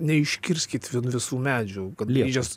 neiškirskit visų medžių kad grįžęs